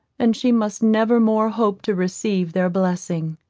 and she must never more hope to receive their blessing.